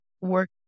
work